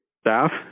staff